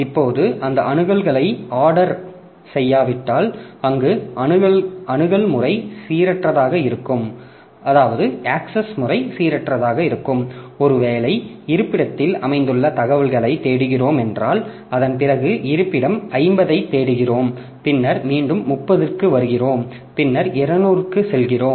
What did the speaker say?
இப்போது அந்த அணுகல்களை ஆர்டர் செய்யாவிட்டால் அங்கு அணுகல் முறை சீரற்றதாக இருக்கலாம் ஒருவேளை இருப்பிடத்தில் அமைந்துள்ள தகவல்களை தேடுகிறோம் என்றால் அதன்பிறகு இருப்பிடம் 50 ஐத் தேடுகிறோம் பின்னர் மீண்டும் 30 க்கு வருகிறோம் பின்னர் 200 க்குச் செல்கிறோம்